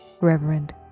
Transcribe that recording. Reverend